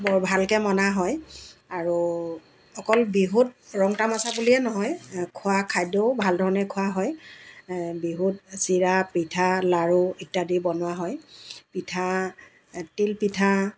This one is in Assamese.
বৰ ভালকৈ মনা হয় আৰু অকল বিহুত ৰং তামাচা বুলিয়ে নহয় খোৱা খাদ্যও ভাল ধৰণে খোৱা হয় বিহুত চিৰা পিঠা লাৰু ইত্যাদি বনোৱা হয় পিঠা তিলপিঠা